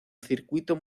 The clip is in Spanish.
circuito